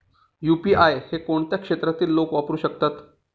UPI हे कोणत्या क्षेत्रातील लोक वापरू शकतात?